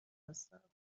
هستم